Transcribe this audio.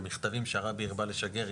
ומכתבים שהרבי הרבה לשגר.